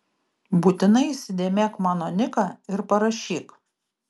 būtinai įsidėmėk mano niką ir parašyk